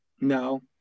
No